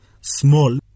small